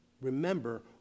Remember